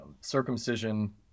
circumcision